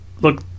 look